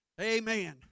Amen